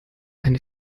eine